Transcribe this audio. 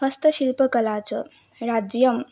हस्तशिल्पकला च राज्यम्